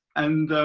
and